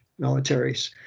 militaries